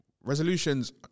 Resolutions